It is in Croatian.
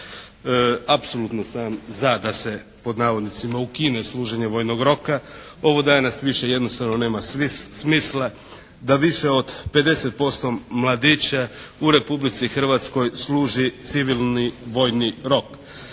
Apsolutno sam za da se, pod navodnicima "ukine" služenje vojnog roka. Ovo danas više jednostavno nema smisla da više od 50% mladića u Republici Hrvatskoj služi civilni vojni rok.